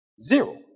Zero